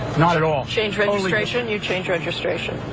not at all. change registration. you change registration.